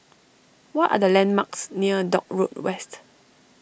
what are the landmarks near Dock Road West